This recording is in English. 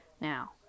Now